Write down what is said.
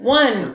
one